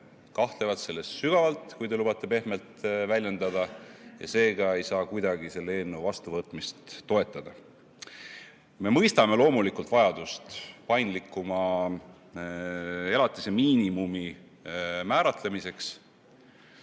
kahtlevad selles sügavalt, kui te lubate pehmelt väljenduda, ja seega ei saa kuidagi selle eelnõu vastuvõtmist toetada.Me mõistame loomulikult vajadust paindlikumaks elatismiinimumi määratlemiseks.